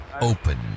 open